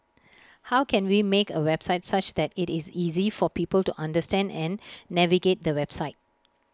how can we make A website such that IT is easy for people to understand and navigate the website